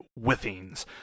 withings